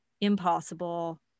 impossible